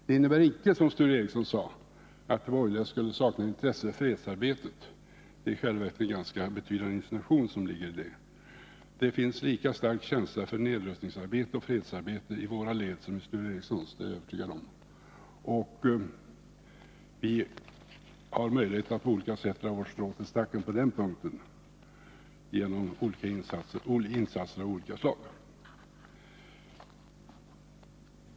Det innebär icke, som Sture Ericson sade, att de borgerliga skulle sakna intresse för fredsarbetet. Det är i själva verket en ganska betydande insinuation som ligger i det. Det finns lika stark känsla för nedrustningsarbete och fredsarbete i våra led som på Sture Ericsons håll. Det är jag övertygad om. Vi har möjlighet att på olika sätt dra vårt strå till stacken på den punkten genom insatser av olika slag.